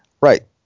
right